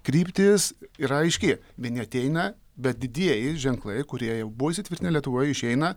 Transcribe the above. kryptis yra aiški vieni ateina bet didieji ženklai kurie jau buvo įsitvirtinę lietuvoje išeina